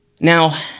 Now